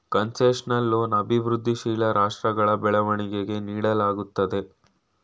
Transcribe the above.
concessional loan ಅಭಿವೃದ್ಧಿಶೀಲ ರಾಷ್ಟ್ರಗಳ ಬೆಳವಣಿಗೆಗೆ ನೀಡಲಾಗುತ್ತದೆ